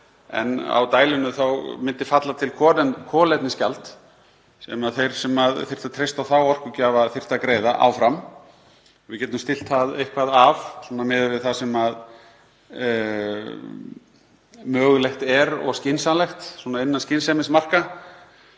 en á dælunni myndi falla til kolefnisgjald sem þeir sem þurftu að treysta á þá orkugjafa þyrftu að greiða áfram. Við getum stillt það eitthvað af miðað við það sem mögulegt er og skynsamlegt, innan skynsemismarka,